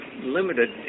limited